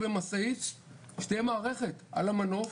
שתהיה מערכת על המנוף